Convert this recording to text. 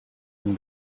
and